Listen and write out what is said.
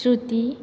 Shruti